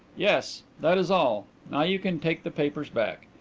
yes that is all. now you can take the papers back.